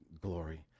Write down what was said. Glory